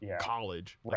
college